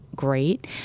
great